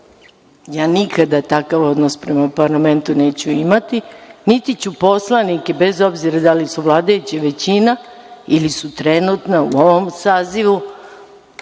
ja nikada takav odnos prema parlamentu neću imati, niti ću poslanike, bez obzira da li su vladajuća većina ili su trenutna, u ovom sazivu,